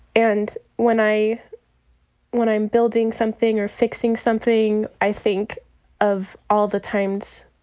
and when i when i'm building something or fixing something, i think of all the times